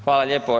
Hvala lijepo.